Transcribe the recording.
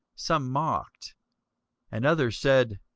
some mocked and others said,